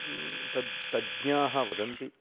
तद् तज्ञाः वदन्ति